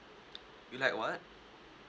you like what